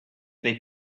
they